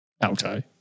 Alto